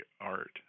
art